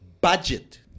budget